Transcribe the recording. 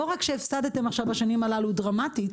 לא רק שהפסדתם עכשיו בשנים הללו דרמטית,